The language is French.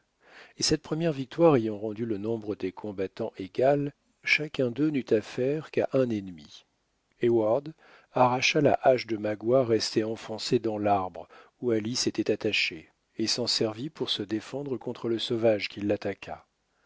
et cette première victoire ayant rendu le nombre des combattants égal chacun d'eux n'eut affaire qu'à un ennemi heyward arracha la hache de magua restée enfoncée dans l'arbre où alice était attachée et s'en servit pour se défendre contre le sauvage qui